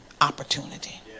opportunity